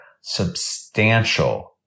substantial